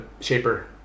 shaper